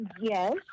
yes